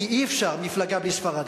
כי אי-אפשר מפלגה בלי ספרדי.